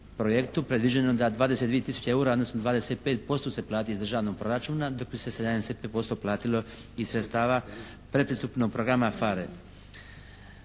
projektu predviđeno da 22 tisuće EUR-a odnosno 25% se plati iz Državnog proračuna dok bi se 75% platilo iz sredstava predpristupnog programa PHARE.